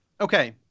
okay